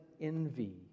envy